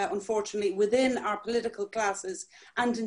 יותר לפלסטינים כל הבעיה תיפתר והיא לא.